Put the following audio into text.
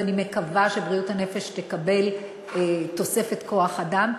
ואני מקווה שהוא יקבל תוספת כוח-אדם,